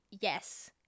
Yes